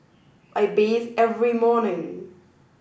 I bathe every morning